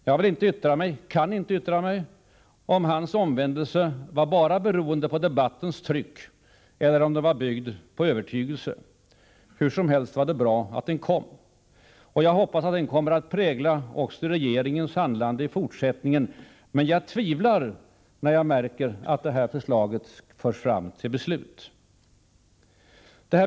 Jag vill inte yttra mig och kan inte yttra mig om huruvida hans omvändelse bara var beroende av debattens tryck eller om den var byggd på övertygelse. Hur som helst var det bra att omvändelsen kom. Jag hoppas att den kommer att prägla regeringens handlande också i fortsättningen, men jag tvivlar när jag märker att det här förslaget förs fram till beslut.